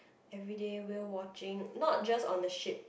everyday whale watching not just on the ship